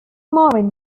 morin